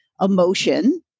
emotion